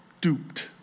duped